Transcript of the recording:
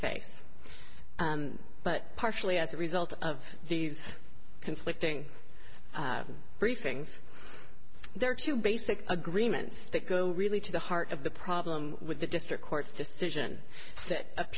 face but partially as a result of these conflicting briefings there are two basic agreements that go really to the heart of the problem with the district court's decision